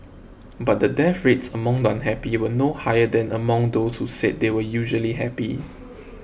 but the death rates among the unhappy were no higher than among those who said they were usually happy